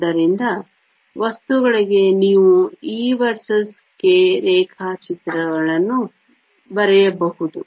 ಆದ್ದರಿಂದ ವಸ್ತುಗಳಿಗೆ ನೀವು e ವರ್ಸಸ್ k ರೇಖಾಚಿತ್ರಗಳನ್ನು ಬರೆಯಬಹುದು